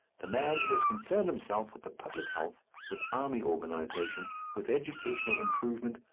the man who has concerned himself with the public health, with army organization, with educational improvement,